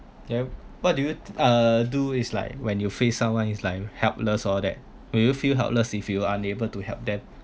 yup what do you uh do is like when you face someone is like helpless all that will you feel helpless if you're unable to help them